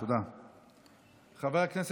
תודה רבה.